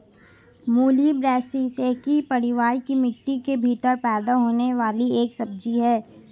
मूली ब्रैसिसेकी परिवार की मिट्टी के भीतर पैदा होने वाली एक सब्जी है